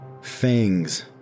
fangs